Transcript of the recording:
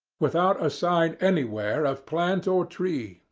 without a sign anywhere of plant or tree,